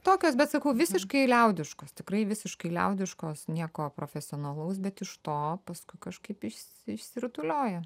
tokios bet sakau visiškai liaudiškos tikrai visiškai liaudiškos nieko profesionalaus bet iš to paskui kažkaip išsi išsirutulioja